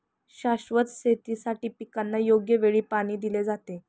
शाश्वत शेतीसाठी पिकांना योग्य वेळी पाणी दिले जाते